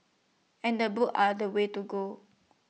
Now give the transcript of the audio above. and books are the way to go